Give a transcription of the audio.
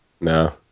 No